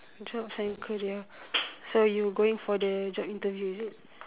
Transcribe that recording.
jobs and career so you are going for the job interview is it